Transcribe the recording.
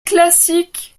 classique